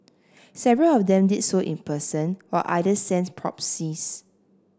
several of them did so in person while others sent proxies